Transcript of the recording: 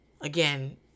again